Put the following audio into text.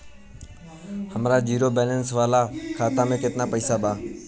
हमार zero balance वाला खाता में केतना पईसा बा?